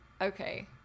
okay